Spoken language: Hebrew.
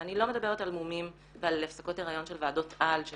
ואני לא מדברת על מומים ועל הפסקות היריון של ועדות על של